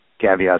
caveats